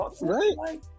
Right